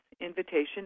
invitation